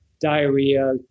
diarrhea